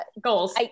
Goals